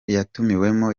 yatumiwemo